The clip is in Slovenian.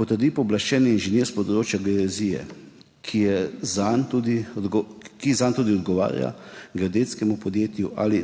potrdi pooblaščeni inženir s področja geodezije, ki zanj tudi odgovarja geodetskemu podjetju ali